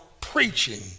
preaching